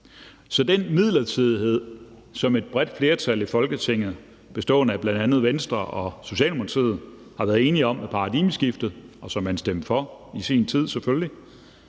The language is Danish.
Så den midlertidighed, som et bredt flertal i Folketinget, bestående af bl.a. Venstre og Socialdemokratiet, har været enige om med paradigmeskiftet, og som man i sin tid stemte